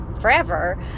forever